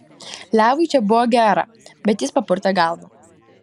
levui čia buvo gera bet jis papurtė galvą